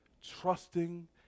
trusting